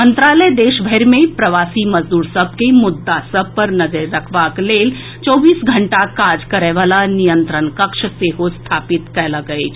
मंत्रालय देशभरि मे प्रवासी मजदूर सभ के मुद्दा सभ पर नजरि रखबाक लेल चौबीस घंटा काज करएवला नियंत्रण कक्ष सेहो स्थापित कयलक अछि